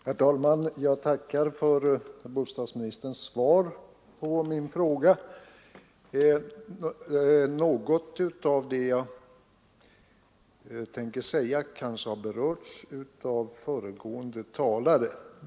Herr talman! Jag tackar bostadsministern för svaret på min fråga. Något av det jag tänker säga kanske har berörts av föregående talare.